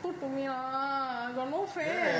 put to me ah I got no fan